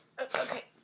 Okay